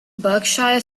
berkshire